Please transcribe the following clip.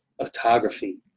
autography